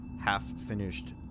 half-finished